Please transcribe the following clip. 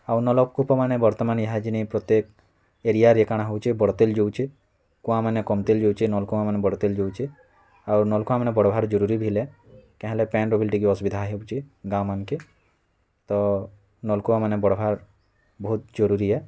ଆଉ ନଲକୂପମାନେ ବର୍ତ୍ତମାନ ଈହା ଜିନି ପ୍ରତ୍ୟେକ ଏରିଆରେ କାଁଣା ହଉଛେ ବଢ଼୍ ତିଲ୍ ଯାଉଛେ କୂଆଁମାନେ କମ୍ ତିଲ୍ ଯାଉଛେ ନଲକୂଆଁମାନେ ବଢ଼୍ ତିଲ୍ ଯାଉଛେ ଆଉ ନଲକୂଅଁମାନେ ବଢ଼୍ବାର୍ ଜରୁରୀ ବି ହେଲେ କାଁ ହେଲେ ପାନ୍ ର ବି ଟିକେ ଅସୁବିଧା ହେଉଛି ଗାଁ ମାନକେ ତ ନଲକୂଅଁମାନେ ବଢ଼ବାର୍ ବହୁତ ଜରୁରୀ ଏ